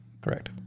Correct